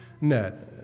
net